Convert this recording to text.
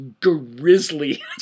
grizzly